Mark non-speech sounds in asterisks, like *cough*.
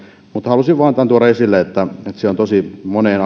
mutta halusin vain tämän tuoda esille että monessa eri lausunnossa on tosi moneen *unintelligible*